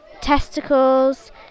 testicles